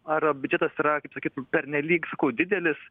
ar biudžetas yra kaip sakyt pernelyg didelis